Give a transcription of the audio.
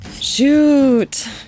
Shoot